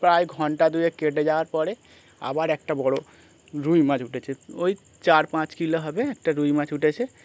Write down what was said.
প্রায় ঘন্টা দুয়ে কেটে যাওয়ার পরে আবার একটা বড়ো রুই মাছ উঠেছে ওই চার পাঁচ কিলো হবে একটা রুই মাছ উঠেছে